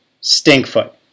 Stinkfoot